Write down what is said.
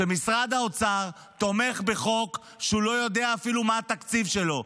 שמשרד האוצר תומך בחוק שהוא לא יודע אפילו מה התקציב שלו.